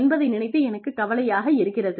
என்பதை நினைத்து எனக்குக் கவலையாக இருக்கிறது